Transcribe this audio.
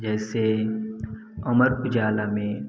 जैसे अमर उजाला में